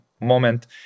moment